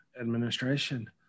administration